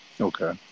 Okay